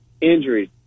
injuries